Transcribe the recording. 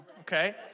okay